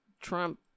Trump